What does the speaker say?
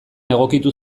egokitu